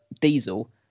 Diesel